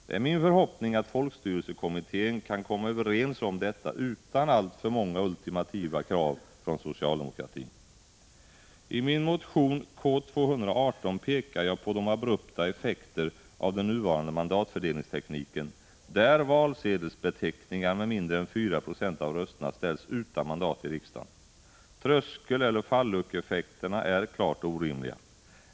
Det är min förhoppning att folkstyrelsekommittén kan komma överens om detta utan alltför många ultimativa krav från socialdemokratin. I min motion K218 pekar jag på de abrupta effekterna av den nuvarande mandatfördelningstekniken, där valsedelsbeteckningar med mindre än 4 940 av rösterna ställs utan mandat i riksdagen. Tröskeleller falluckeeffekterna är klart orimliga.